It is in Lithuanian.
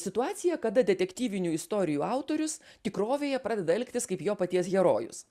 situacija kada detektyvinių istorijų autorius tikrovėje pradeda elgtis kaip jo paties herojus